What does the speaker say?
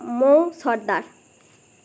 মৌ সর্দার